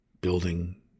building